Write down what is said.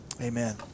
amen